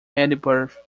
edinburgh